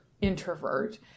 introvert